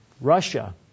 Russia